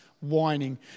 whining